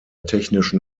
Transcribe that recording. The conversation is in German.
technischen